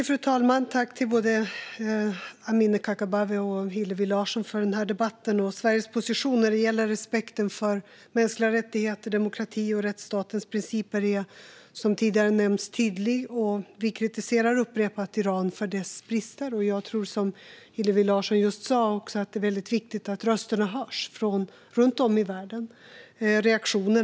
Fru talman! Tack till både Amineh Kakabaveh och Hillevi Larsson för den här debatten! Sveriges position när det gäller respekten för mänskliga rättigheter, demokrati och rättsstatens principer är, som tidigare har nämnts, tydlig. Vi kritiserar upprepat Iran för dess brister. Jag tror, som Hillevi Larsson just sa, att det är viktigt att rösterna hörs och att reaktionerna som uppstår runt om i världen uppmärksammas.